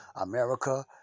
America